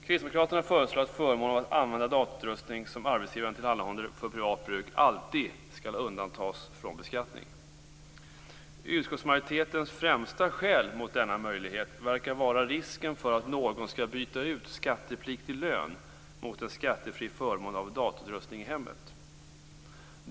Kristdemokraterna föreslår att förmånen av att använda datorutrustning som arbetsgivaren tillhandahåller för privat bruk alltid skall undantas från beskattning. Utskottsmajoritetens främsta skäl mot denna möjlighet verkar vara risken för att någon skall byta ut skattepliktig lön mot en skattefri förmån av datorutrustning i hemmet.